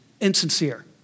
insincere